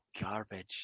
garbage